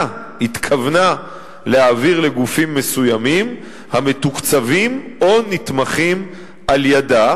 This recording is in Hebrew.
התכוונה להעביר לגופים מסוימים המתוקצבים או נתמכים על-ידה,